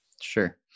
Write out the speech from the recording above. Sure